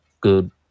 good